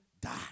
die